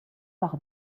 par